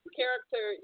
character